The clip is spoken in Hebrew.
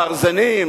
גרזנים,